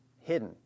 hidden